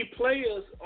players